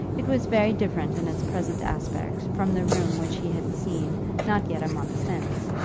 it was very different in its present aspect from the room which he had seen not yet a month since.